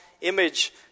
image